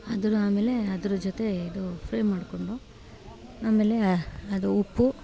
ಅದ್ರು ಆಮೇಲೆ ಅದ್ರ ಜೊತೆ ಇದು ಫ್ರೈ ಮಾಡ್ಕೊಂಡು ಆಮೇಲೆ ಅದು ಉಪ್ಪು